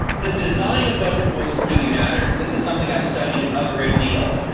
the design of budget rules really matters, and this is something i've studied a great deal.